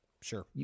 Sure